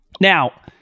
Now